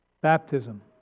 baptism